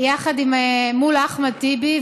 מול אחמד טיבי,